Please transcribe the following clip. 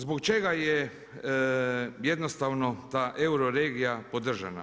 Zbog čega je jednostavno ta euroregija podržana?